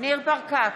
ניר ברקת,